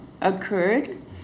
occurred